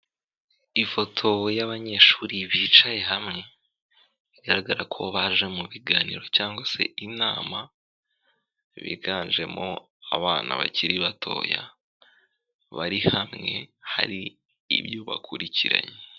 Ifoto y'abanyeshuri bicaye hamwe bigaragara ko baje mu biganiro cyangwa se inama, biganjemo abana bakiri batoya bari hamwe hari ibyo bakurikiranye.